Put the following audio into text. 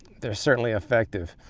they're certainly effective.